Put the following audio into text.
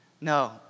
No